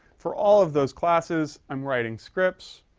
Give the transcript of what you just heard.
for all of those classes, i'm writing scripts.